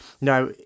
Now